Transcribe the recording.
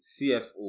CFO